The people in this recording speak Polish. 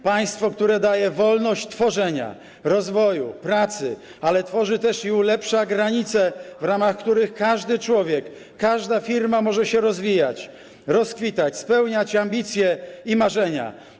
Państwo, które daje wolność tworzenia, rozwoju, pracy, ale tworzy też i ulepsza granice, w ramach których każdy człowiek, każda firma może się rozwijać, rozkwitać, spełniać ambicje i marzenia.